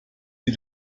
die